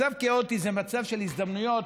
מצב כאוטי זה מצב של הזדמנויות.